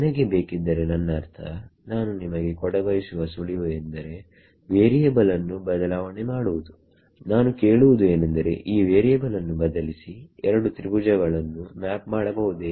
ನನಗೆ ಬೇಕಿದ್ದರೆ ನನ್ನ ಅರ್ಥ ನಾನು ನಿಮಗೆ ಕೊಡಬಯಸುವ ಸುಳಿವು ಎಂದರೆ ವೇರಿಯೇಬಲ್ ನ್ನು ಬದಲಾವಣೆ ಮಾಡುವುದುನಾನು ಕೇಳುವುದು ಏನೆಂದರೆ ಈ ವೇರಿಯೇಬಲ್ ನ್ನು ಬದಲಿಸಿ 2 ತ್ರಿಭುಜಗಳನ್ನು ಮ್ಯಾಪ್ ಮಾಡಬಹುದೇ